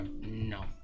no